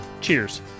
cheers